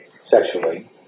sexually